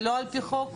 זה לא על פי חוק,